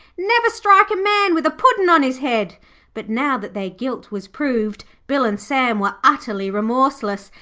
never strike a man with a puddin on his head' but, now that their guilt was proved, bill and sam were utterly remorseless,